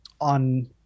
on